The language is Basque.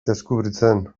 deskubritzen